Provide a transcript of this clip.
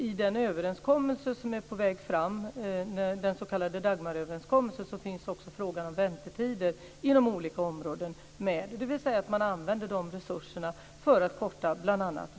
I den överenskommelse som är på väg fram - den s.k. Dagmaröverenskommelsen - finns också frågan om väntetider inom olika områden med. Man använder de resurserna för att korta bl.a.